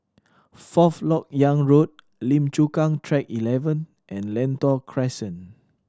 Forth Lok Yang Road Lim Chu Kang Track Eleven and Lentor Crescent